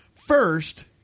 first